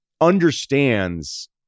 understands